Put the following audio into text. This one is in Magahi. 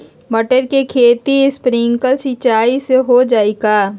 मटर के खेती स्प्रिंकलर सिंचाई से हो जाई का?